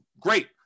Great